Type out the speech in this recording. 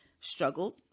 struggled